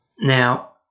now